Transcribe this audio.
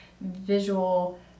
visual